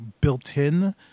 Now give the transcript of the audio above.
built-in